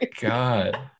god